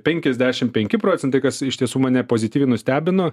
penkiasdešim penki procentai kas iš tiesų mane pozityviai nustebino